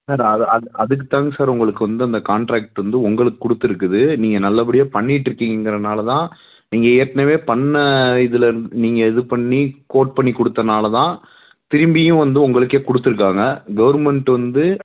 sir அது அது அதுக்குதாங்க சார் உங்களுக்கு வந்து அந்த கான்ட்ராக்ட் வந்து உங்களுக்கு கொடுத்துருக்குது நீங்கள் நல்லபடியாக பண்ணிட்ருக்கீங்கங்கிறதுனால தான் நீங்கள் ஏற்கனவே பண்ண இதுலிருந் நீங்கள் இது பண்ணி கோட் பண்ணி கொடுத்தனால தான் திரும்பியும் வந்து உங்களுக்கே கொடுத்துருக்காங்க கவுர்மெண்ட் வந்து